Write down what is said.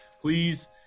Please